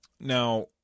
now